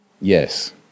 Yes